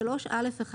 3(א1)